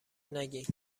نگین